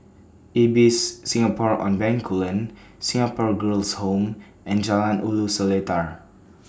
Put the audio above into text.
Ibis Singapore on Bencoolen Singapore Girls' Home and Jalan Ulu Seletar